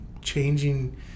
changing